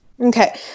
Okay